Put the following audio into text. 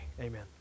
Amen